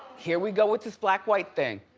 here we go with this black, white thing.